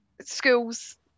Schools